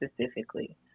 specifically